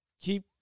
Keep